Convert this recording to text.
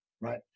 Right